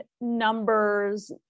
numbers